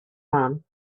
man